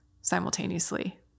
simultaneously